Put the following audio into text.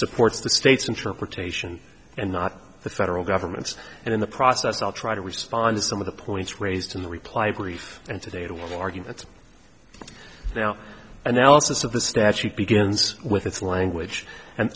supports the state's interpretation and not the federal government's and in the process i'll try to respond to some of the points raised in the reply brief and today to the arguments now analysis of the statute begins with its language and